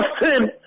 sin